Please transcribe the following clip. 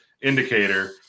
indicator